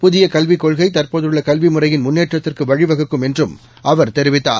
புதிய கல்விக்கொள்கை தற்போதுள்ள கல்விமுறையின் முன்னேற்றத்திற்கு வழிவகுக்கும் என்றும் அவர் தெரிவித்தார்